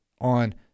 on